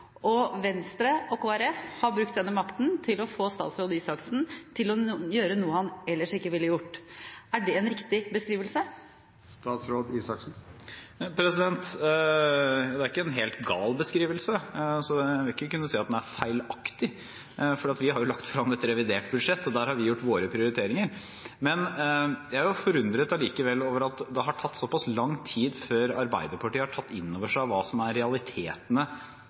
og Venstre og Kristelig Folkeparti har brukt denne makten til å få statsråd Røe Isaksen til å gjøre noe han ellers ikke ville gjort. Er det en riktig beskrivelse? Det er ikke en helt gal beskrivelse, så jeg vil ikke kunne si at den er feilaktig, for vi har jo lagt frem et revidert budsjett, og der har vi gjort våre prioriteringer. Men jeg er allikevel forundret over at det har tatt såpass lang tid før Arbeiderpartiet har tatt inn over seg hva som er realitetene